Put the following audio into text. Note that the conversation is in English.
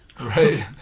Right